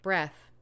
Breath